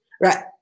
Right